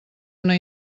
una